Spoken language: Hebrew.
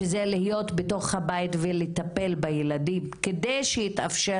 שזה להיות בתוך הבית ולטפל בילדים כדי שיתאפשר